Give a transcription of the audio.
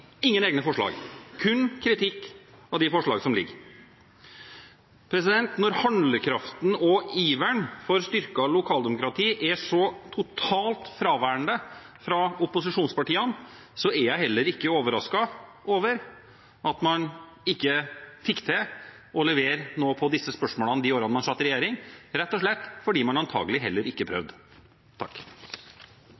ingen egne forslag – kun kritikk av de forslagene som foreligger. Når handlekraften og iveren for styrket lokaldemokrati er så totalt fraværende hos opposisjonspartiene, er jeg heller ikke overrasket over at man ikke fikk til å levere noe på disse spørsmålene de årene man satt i regjering, rett og slett fordi man antagelig heller ikke prøvde.